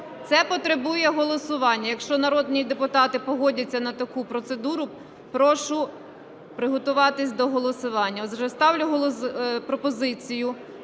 Це потребує голосування, якщо народні депутати погодяться на таку процедуру, прошу приготуватись до голосування. Отже, ставлю пропозицію